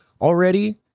already